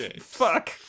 Fuck